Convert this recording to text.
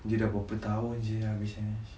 dia dah berape tahun seh habis N_S